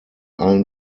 allen